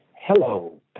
hello